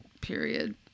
period